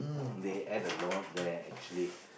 they ate a lot there actually